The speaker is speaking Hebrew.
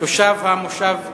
תושב המושב יערה,